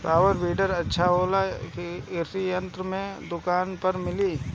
Power weeder अच्छा होला यह कृषि यंत्र के दुकान पर मिली?